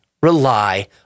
Rely